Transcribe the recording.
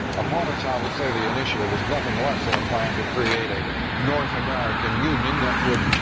opponents however say the initiative is nothing less. than a plan to create a north american union that would.